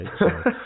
right